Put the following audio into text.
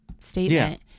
statement